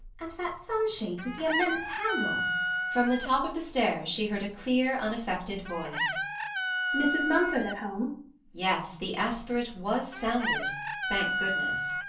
and that sunshade with the immense handle from the top of the stairs she heard a clear, unaffected voice mrs. mumford at home yes, the aspirate was sounded thank goodness!